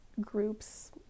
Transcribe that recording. groups